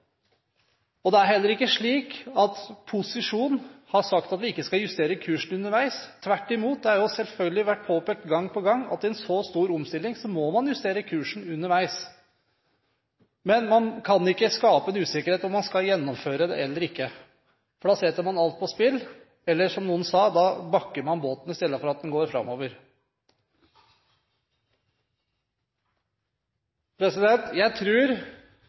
dette. Det er heller ikke slik at posisjonen har sagt at vi ikke skal justere kursen underveis – tvert imot, det har jo selvfølgelig vært påpekt gang på gang at i en så stor omstilling må man justere kursen underveis. Men man kan ikke skape en usikkerhet om man skal gjennomføre den eller ikke, for da setter man alt på spill, eller, som noen sa, da bakker man båten i stedet for at den går framover. Jeg